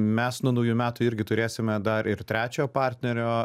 mes nuo naujų metų irgi turėsime dar ir trečio partnerio